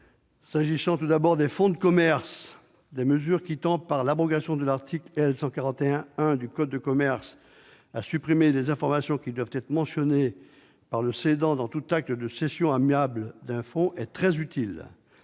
S'agissant tout d'abord des fonds de commerce, la mesure qui tend, par l'abrogation de l'article L. 141-1 du code de commerce, à supprimer les informations qui doivent être mentionnées par le cédant dans tout acte de cession amiable d'un fonds est très utile.